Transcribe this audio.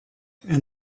and